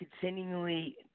continually